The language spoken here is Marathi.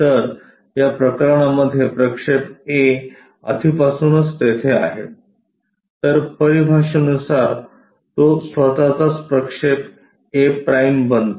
तर या प्रकरणामध्ये प्रक्षेप A आधीपासूनच तेथे आहे तर परिभाषेनुसार तो स्वतःचाच प्रक्षेप a' बनतो